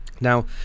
now